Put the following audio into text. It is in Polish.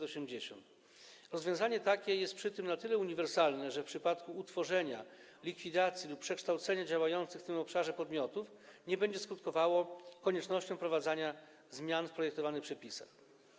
Rozwiązanie takie jest przy tym na tyle uniwersalne, że w przypadku utworzenia, likwidacji lub przekształcenia działających w tym obszarze podmiotów nie będzie skutkowało koniecznością wprowadzania zmian w projektowanych przepisach.